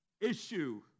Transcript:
issue